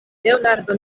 leonardo